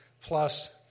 plus